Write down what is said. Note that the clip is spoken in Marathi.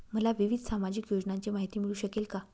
मला विविध सामाजिक योजनांची माहिती मिळू शकेल का?